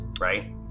right